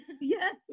Yes